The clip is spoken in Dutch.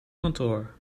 kantoor